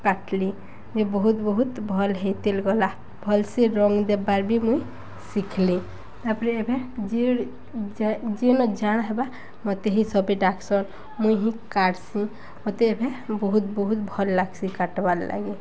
କାଟଲି ଯେ ବହୁତ ବହୁତ ଭଲ୍ ହେଇ ତେଲ ଗଲା ଭଲ ସେ ରଙ୍ଗ ଦେବାର୍ ବି ମୁଇଁ ଶିଖଲିି ତା'ପରେ ଏବେ ଯେ ଜାଣ ହେବା ମୋତେ ହିଁ ସବେ ଡାକ୍ସନ୍ ମୁଇଁ ହିଁ କାଟସି ମୋତେ ଏବେ ବହୁତ ବହୁତ ଭଲ୍ ଲାଗ୍ସି କାଟବାର୍ ଲାଗି